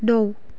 नौ